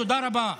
תודה רבה.